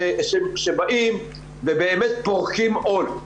שבאים ובאמת פורקים עול.